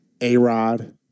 A-Rod